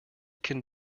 can